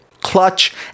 Clutch